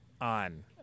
on